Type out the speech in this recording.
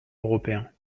européen